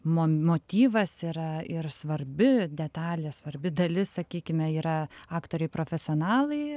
mo motyvas yra ir svarbi detalė svarbi dalis sakykime yra aktoriai profesionalai